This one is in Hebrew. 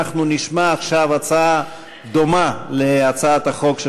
נשמע עכשיו הצעה דומה להצעת החוק של